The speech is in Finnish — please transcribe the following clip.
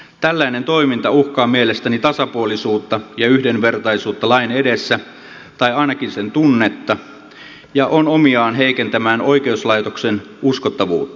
tällainen toiminta uhkaa mielestäni tasapuolisuutta ja yhdenvertaisuutta lain edessä tai ainakin sen tunnetta ja on omiaan heikentämään oikeuslaitoksen uskottavuutta